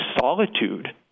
solitude